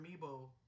amiibo